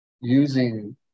using